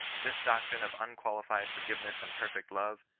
this doctrine of un qualified forgiveness and perfect love,